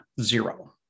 zero